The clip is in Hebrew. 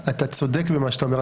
אתה צודק במה שאתה אומר.